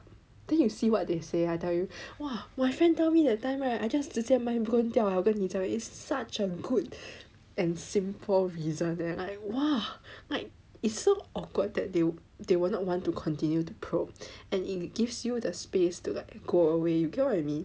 then you see what they say I tell you !wah! my friend tell me that time right I just 直接 mind blown 掉 leh 我跟你讲 is such a good and simple reason eh then like !wah! like it's so awkward that they they will not want to continue to probe and it gives you the space to like go away you get what I mean